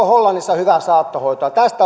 hollannissa hyvää saattohoitoa tästä